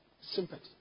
sympathy